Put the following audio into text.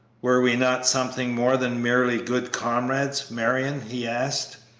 were we not something more than merely good comrades, marion? he asked,